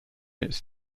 its